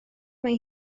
mai